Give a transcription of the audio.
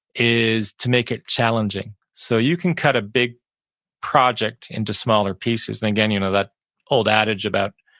is to make it challenging. so you can cut a big project into smaller pieces. and again, you know that old adage about